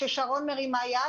כששרון מרימה יד,